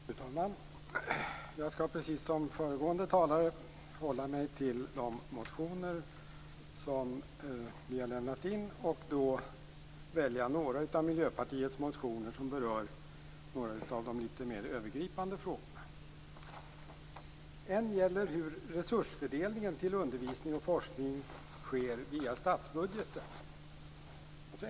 Fru talman! Jag skall precis som föregående talare hålla mig till de motioner som vi har lämnat in, och välja några av Miljöpartiets motioner som berör några av de litet mer övergripande frågorna. En motion gäller hur resursfördelningen till undervisning och forskning sker via statsbudgeten.